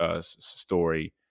story